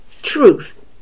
truth